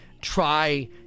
try